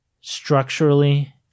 structurally